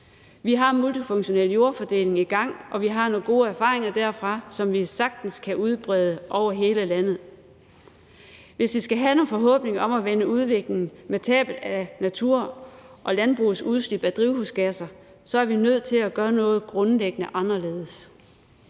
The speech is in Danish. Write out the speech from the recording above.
i multifunktionel jordfordeling, og vi har nogle gode erfaringer derfra, som vi sagtens kan udbrede over hele landet. Hvis vi skal have nogen forhåbninger om at vende udviklingen med tabet af natur og landbrugets udslip af drivhusgasser, er vi nødt til at gøre noget grundlæggende anderledes.